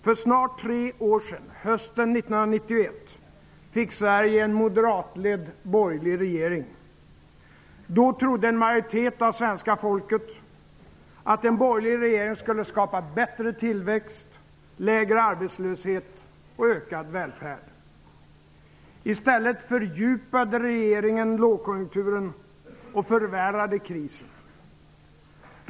För snart tre år sedan, hösten 1991, fick Sverige en moderatledd, borgerlig regering. Då trodde en majoritet av svenska folket att en borgerlig regering skulle skapa bättre tillväxt, lägre arbetslöshet och ökad välfärd. I stället fördjupade regeringen lågkonjunkturen och förvärrade krisen.